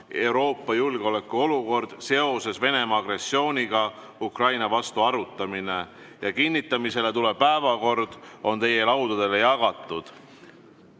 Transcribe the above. "Euroopa julgeolekuolukord seoses Venemaa agressiooniga Ukraina vastu" arutamine. Kinnitamisele tulev päevakord on teie laudadele jagatud.